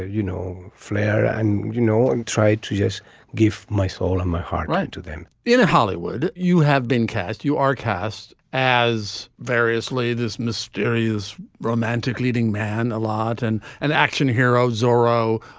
ah you know, flair and, you know, and tried to just give my soul and my heart right to them in hollywood, you have been cast. you are cast as variously this mysterious romantic leading man a lot and an action hero, zorro,